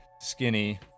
skinny